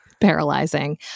paralyzing